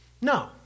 no